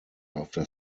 after